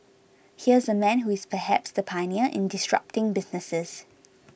here's a man who is perhaps the pioneer in disrupting businesses